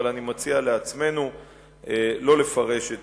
אבל אני מציע לעצמנו לא לפרש את